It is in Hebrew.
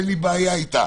אין לי בעיה אתה,